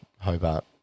Hobart